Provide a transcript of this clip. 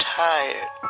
tired